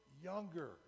younger